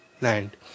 land